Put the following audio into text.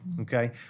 okay